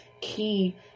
key